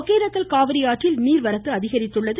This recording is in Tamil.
ஒகேனக்கல் காவிரி ஆற்றில் நீர்வரத்து அதிகரித்துள்ளது